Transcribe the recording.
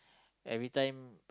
every time